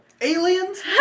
aliens